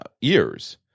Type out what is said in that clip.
years